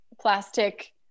plastic